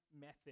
method